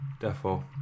Defo